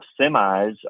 semis